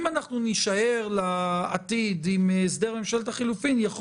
אם אנחנו נישאר לעתיד עם הסדר ממשלת החילופים יכול